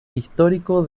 histórico